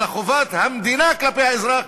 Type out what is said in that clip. אלא חובת המדינה כלפי האזרח.